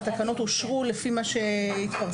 והתקנות אושרו לפי מה שהתפרסם,